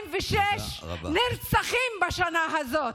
146 נרצחים בשנה הזאת,